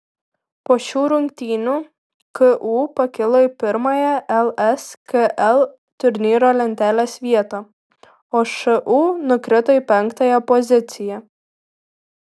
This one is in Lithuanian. po šių rungtynių ku pakilo į pirmąją lskl turnyro lentelės vietą o šu nukrito į penktąją poziciją